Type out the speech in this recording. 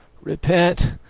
repent